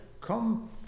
come